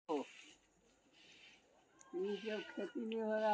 भारत मे करीब चौरानबे लाख हेक्टेयर भूमि मे कपासक खेती होइ छै